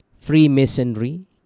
Freemasonry